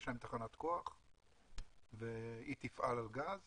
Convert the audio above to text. יש להם תחנת כוח, והיא תפעל על גז.